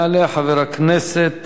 יעלה חבר הכנסת